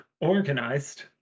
organized